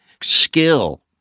skill